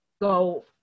go